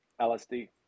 LSD